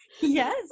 Yes